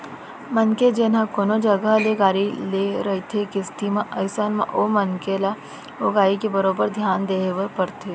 मनखे जेन ह कोनो जघा ले गाड़ी ले रहिथे किस्ती म अइसन म ओ मनखे ल ओ गाड़ी के बरोबर धियान देय बर परथे